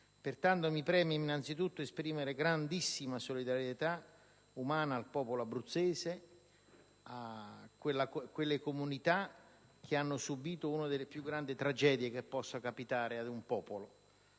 del 2002. Mi preme innanzitutto esprimere grandissima solidarietà umana al popolo abruzzese, a quelle comunità che hanno subito una delle più grandi tragedie che possano capitare ad un popolo.